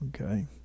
Okay